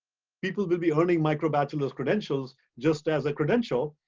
people will be earning microbachelors credentials, just as a credential,